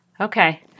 Okay